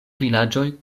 vilaĝoj